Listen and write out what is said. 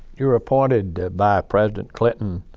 yeah were appointed by president clinton